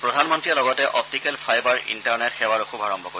প্ৰধান মন্ত্ৰীয়ে লগতে অপটিকেল ফাইবাৰ ইণ্টাৰনেট সেৱাৰো শুভাৰম্ভ কৰিব